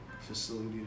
facility